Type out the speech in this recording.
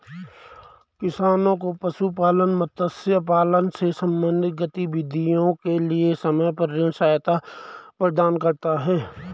किसानों को पशुपालन, मत्स्य पालन से संबंधित गतिविधियों के लिए समय पर ऋण सहायता प्रदान करता है